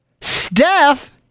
Steph